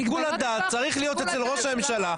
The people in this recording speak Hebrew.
שיקול הדעת צריך להיות אצל ראש הממשלה,